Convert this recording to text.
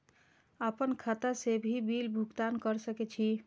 आपन खाता से भी बिल भुगतान कर सके छी?